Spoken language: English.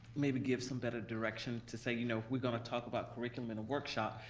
maybe give some better direction, to say you know we're gonna talk about curriculum in a workshop,